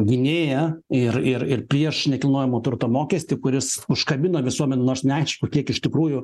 gynėją ir ir ir prieš nekilnojamo turto mokestį kuris užkabino visuomenę nors neaišku kiek iš tikrųjų